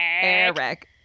Eric